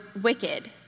wicked